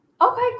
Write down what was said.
Okay